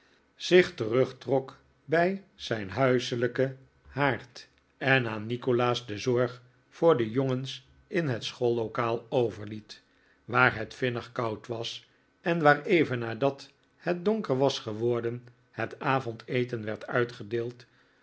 zich terugtrok bij zijn huiselijken haard en aan nikolaas de zorg voor de jongens in het schoollokaal overliet waar het vinnig koud was en waar even nadat het donker was geworden het avondeten werd uitgedeeld